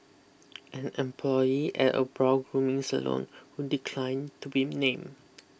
an employee at a brow grooming salon who declined to be named